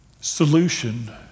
solution